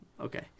Okay